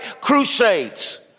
crusades